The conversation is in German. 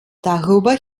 darüber